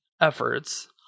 efforts